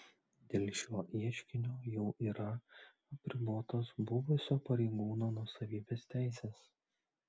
dėl šio ieškinio jau yra apribotos buvusio pareigūno nuosavybės teisės